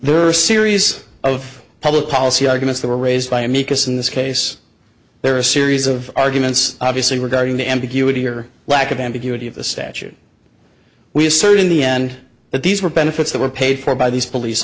there are a series of public policy arguments that were raised by amicus in this case there are a series of arguments obviously regarding the ambiguity or lack of ambiguity of the statute we surge in the end but these were benefits that were paid for by these police